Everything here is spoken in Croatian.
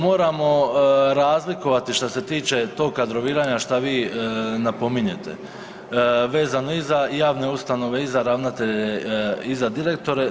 Moramo razlikovati što se tiče tog kadroviranja što vi napominjete vezano i za javne ustanove i za ravnatelje i za direktore.